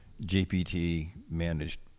GPT-managed